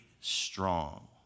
strong